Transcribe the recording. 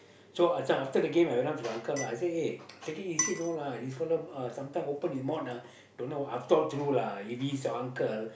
so I after the game I went up to the uncle lah I say eh take it easy know lah this fella uh sometime open his mouth ah don't know after all true lah if he's your uncle